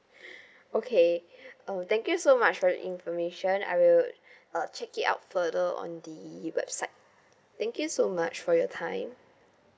okay oh thank you so much for your information I will uh check it out further on the website thank you so much for your time